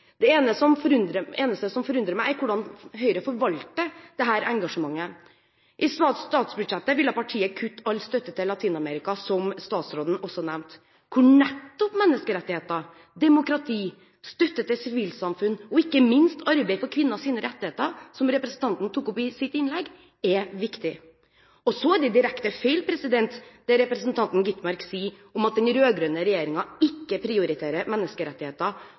eneste som forundrer meg, er hvordan Høyre forvalter dette engasjementet. I statsbudsjettet ville partiet kutte all støtte til Latin-Amerika, som statsråden også nevnte, hvor nettopp menneskerettigheter, demokrati, støtte til sivilsamfunnet og ikke minst arbeidet for kvinners rettigheter, som representanten tok opp i sitt innlegg, er viktig. Så er det direkte feil det representanten Skovholt Gitmark sier om at den rød-grønne regjeringen ikke prioriterer menneskerettigheter